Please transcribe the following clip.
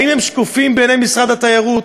האם הם שקופים בעיני משרד התיירות?